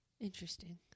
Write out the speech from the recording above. interesting